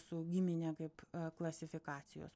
su gimine kaip klasifikacijos